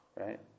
right